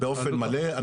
באופן מלא.